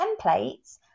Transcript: templates